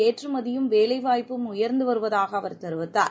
ஏற்றுமதியும் வேலைவாய்ப்பும் உயர்ந்து வருவதாக அவர் தெரிவித்தார்